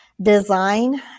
design